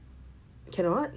cannot